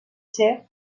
ser